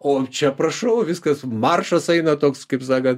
o čia prašau viskas maršas eina toks kaip sakant